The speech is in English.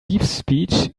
deepspeech